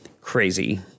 crazy